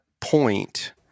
point